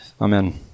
Amen